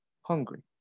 hungry